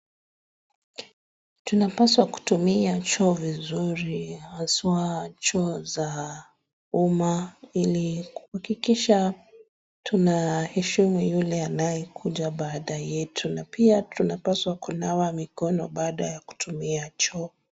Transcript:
Tunapaswa kutumia choo vizuri haswa choo za umma ili kuhakikisha tunaheshimu yule anayekuja baada yetu na pia tunapaswa kunawa mikono baada ya kutumia choo.